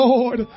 Lord